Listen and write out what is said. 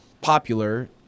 popular